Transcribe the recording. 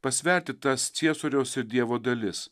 pasverti tas ciesoriaus ir dievo dalis